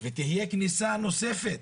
ותהיה כניסה נוספת